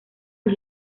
sus